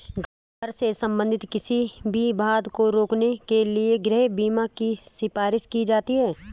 घर से संबंधित किसी भी बाधा को रोकने के लिए गृह बीमा की सिफारिश की जाती हैं